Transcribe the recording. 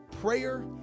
Prayer